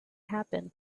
happen